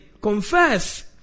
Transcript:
Confess